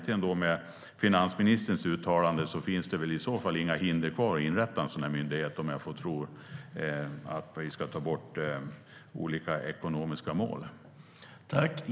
Med finansministerns uttalande finns det i så fall inga hinder kvar att inrätta en myndighet om man ska ta bort olika ekonomiska mål.